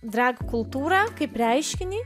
drag kultūrą kaip reiškinį